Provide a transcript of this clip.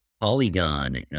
Polygon